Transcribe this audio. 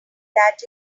that